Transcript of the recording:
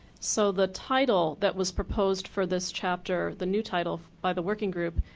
so, the title that was proposed for this chapter, the new title by the working group,